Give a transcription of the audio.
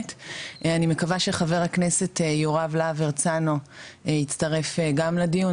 אני מקווה שחבר הכנסת יוראי להב הרצנו יצטרף גם לדיון,